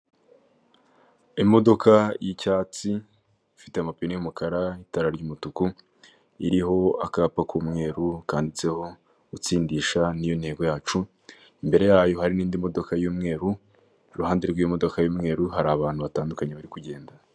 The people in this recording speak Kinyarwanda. Imodoka y'icyatsi, ifite amapine y'umukara, itara ry'umutuku, iriho akapa k'umweru kanditseho: gutsindisha ni yo ntego yacu, imbere yayo hari n'indi modoka y'umweru, iruhande rw'imodoka y'umweru hari abantu batandukanye bari kugenda.